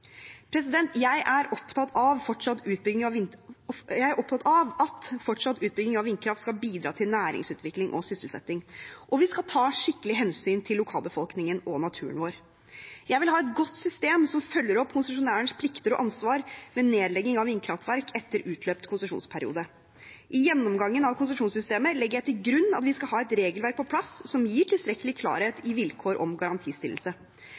Jeg er opptatt av at fortsatt utbygging av vindkraft skal bidra til næringsutvikling og sysselsetting, og vi skal ta skikkelig hensyn til lokalbefolkningen og naturen vår. Jeg vil ha et godt system som følger opp konsesjonærens plikter og ansvar ved nedlegging av vindkraftverk etter utløpt konsesjonsperiode. I gjennomgangen av konsesjonssystemet legger jeg til grunn at vi skal ha et regelverk på plass som gir tilstrekkelig klarhet i vilkår om garantistillelse.